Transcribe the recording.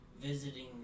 visiting